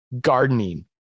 gardening